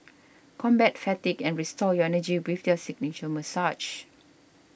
combat fatigue and restore your energy with their signature massages